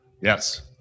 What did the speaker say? Yes